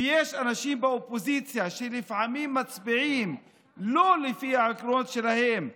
ויש אנשים באופוזיציה שלפעמים מצביעים לא לפי העקרונות שלהם,